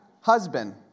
Husband